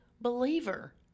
believer